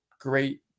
great